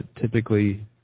typically